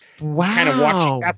Wow